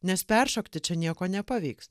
nes peršokti čia nieko nepavyks